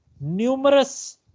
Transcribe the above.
numerous